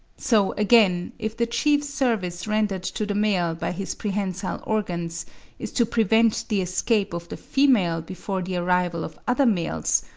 so again, if the chief service rendered to the male by his prehensile organs is to prevent the escape of the female before the arrival of other males,